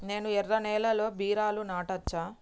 నేను ఎర్ర నేలలో బీరలు నాటచ్చా?